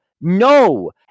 No